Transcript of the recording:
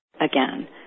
again